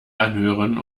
anhören